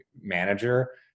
manager